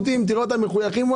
מחויכים,